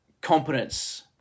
competence